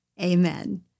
Amen